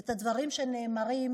ואת הדברים שנאמרים,